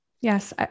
yes